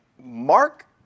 Mark